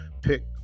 pick